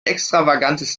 extravagantes